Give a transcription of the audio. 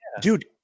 dude